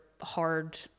hard